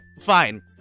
fine